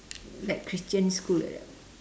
like christian school like that